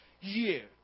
year